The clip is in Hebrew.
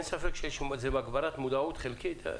אין ספק שיש שם הגברת מודעות חלקית.